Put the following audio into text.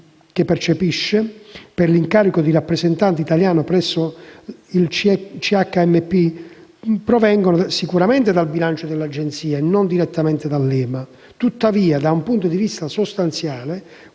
percepisce per l'incarico di rappresentante italiano presso il CHMP provengono sicuramente dal bilancio dell'Agenzia e non direttamente dall'EMA. Tuttavia, da un punto di vista sostanziale,